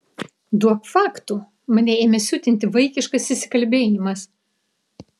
duok faktų mane ėmė siutinti vaikiškas įsikalbėjimas